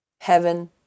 heaven